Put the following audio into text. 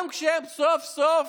גם כשהם סוף-סוף